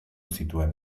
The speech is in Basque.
zituen